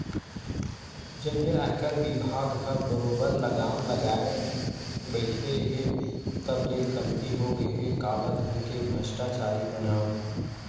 जब ले आयकर बिभाग ह बरोबर लगाम लगाए बइठे हे तब ले कमती होगे हे कालाधन के भस्टाचारी मन ह